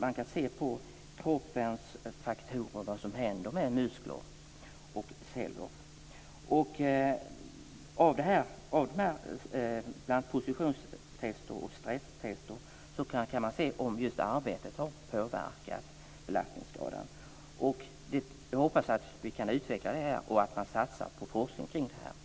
Man kan se på kroppens faktorer vad som händer med muskler och celler. Av positionstest och stresstest kan man se om just arbetet har påverkat belastningsskadan. Jag hoppas att det sker en utveckling här och att man satsar på forskning kring detta.